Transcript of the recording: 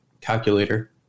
calculator